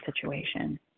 situation